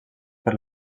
per